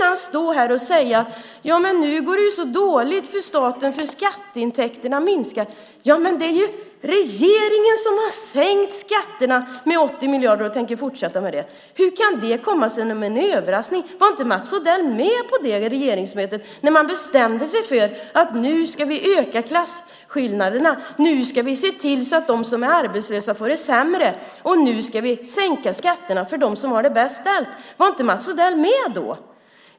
Han säger: Ja, men nu går det så dåligt för staten, för skatteintäkterna minskar. Hur kan han stå här och säga det? Det är ju regeringen som har sänkt skatterna med 80 miljarder och som tänker fortsätta med det. Hur kan det komma som en överraskning? Var inte Mats Odell med på det regeringsmöte när man bestämde sig för att öka klasskillnaderna, för att se till att de som är arbetslösa får det sämre och för att sänka skatterna för dem som har det bäst ställt? Var inte Mats Odell med då?